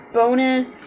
bonus